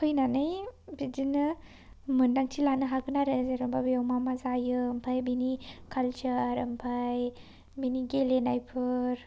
फैनानै बिदिनो मोन्दांथि लानो हागोन आरो जेनेबा बेयाव मा मा जायो आमफाय बिनि कालचार आमफाय बिनि गेलेनायफोर